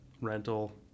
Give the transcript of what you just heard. rental